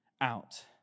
out